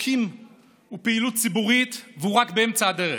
חוקים ופעילות ציבורית, והוא רק באמצע הדרך.